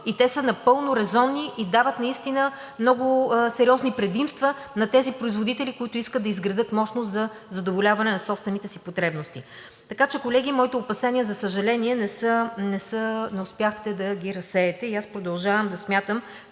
и те са напълно резонни и дават наистина много сериозни предимства на тези производители, които искат да изградят мощност за задоволяване на собствените си потребности. Така че, колеги, моите опасения, за съжаление, не успяхте да ги разсеете и аз продължавам да смятам,